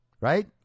right